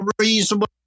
reasonable